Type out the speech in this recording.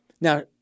Now